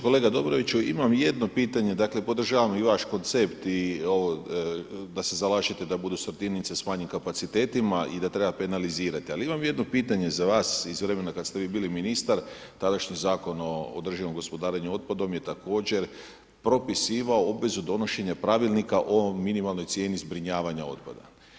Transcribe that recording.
Kolega Dobroviću, imam jedno pitanje, dakle, podržavam i vaš koncept i da se zalažete da budu sortirnice sa manjim kapacitetima i da treba penalizirati ali imam jedno pitanje za vas iz vremena kad ste vi bili ministar, tadašnji Zakon o održivom gospodarenju otpadom je također propisivao obvezu donošenja pravilnika o minimalnoj cijeni zbrinjavanja otpada.